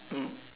mm